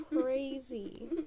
crazy